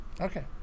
Okay